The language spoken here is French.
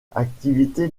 activités